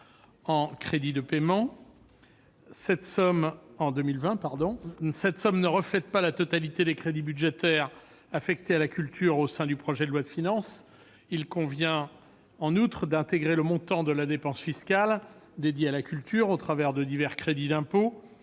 en crédits de paiement. Cette somme ne reflète pas la totalité des crédits budgétaires affectés à la culture au sein du projet de loi de finances. Il convient en outre d'intégrer le montant de la dépense fiscale consacrée à la culture au travers de divers crédits d'impôt,